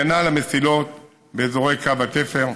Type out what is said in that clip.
הגנה על המסילות באזורי קו התפר.